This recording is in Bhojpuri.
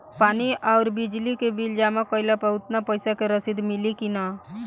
पानी आउरबिजली के बिल जमा कईला पर उतना पईसा के रसिद मिली की न?